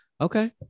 okay